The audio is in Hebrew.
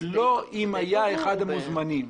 לא אם היה אחד המוזמנים.